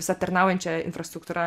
visa aptarnaujančia infrastruktūra